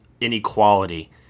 inequality